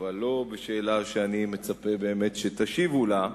לא בשאלה שאני מצפה שבאמת תשיבו עליה,